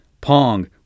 Pong